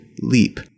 leap